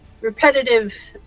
repetitive